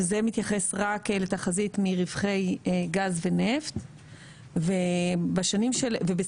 שזה מתייחס רק לתחזית מרווחי גז ונפט ובסך